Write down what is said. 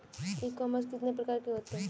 E commerce कितने प्रकार के होते हैं?